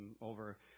over